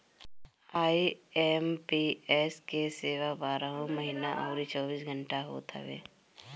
IMPS के सेवा बारहों महिना अउरी चौबीसों घंटा होत हवे